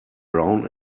brown